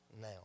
now